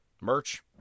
merch